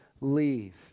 leave